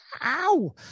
ow